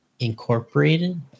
incorporated